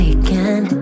again